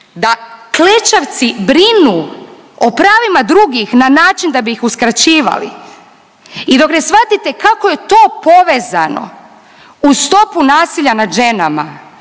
da klečavci brinu o pravima drugih na način da bi ih uskraćivali i dok ne shvatite kako je to povezano u stopu nasilja nad ženama